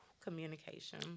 communication